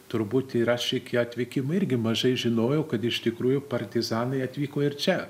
turbūt ir aš iki atvykimo irgi mažai žinojau kad iš tikrųjų partizanai atvyko ir čia